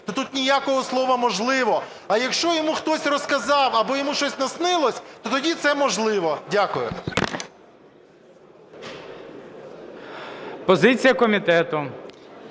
то тут ніякого слова "можливо". А якщо йому хтось розказав або йому щось наснилося, то тоді це "можливо". Дякую. ГОЛОВУЮЧИЙ. Позиція комітету.